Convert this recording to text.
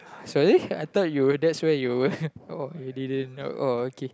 sorry I thought you were that's where you were oh you didn't oh okay